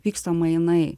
vyksta mainai